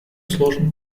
сложным